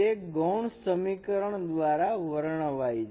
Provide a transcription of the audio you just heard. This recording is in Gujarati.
તે ગૌણ સમીકરણ દ્વારા વર્ણવાય છે